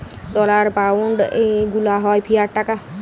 dollar, pound গুলা হ্যয় fiat টাকা